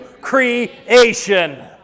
creation